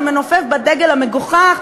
ומנופף בדגל המגוחך,